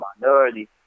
minority